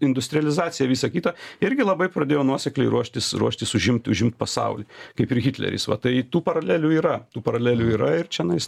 industrializacija visa kita irgi labai pradėjo nuosekliai ruoštis ruoštis užimt užimt pasaulį kaip ir hitleris va tai tų paralelių yra tų paralelių yra ir čianais